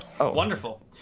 Wonderful